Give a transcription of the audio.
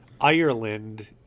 Ireland